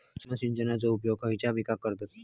सूक्ष्म सिंचनाचो उपयोग खयच्या पिकांका करतत?